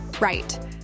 Right